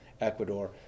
Ecuador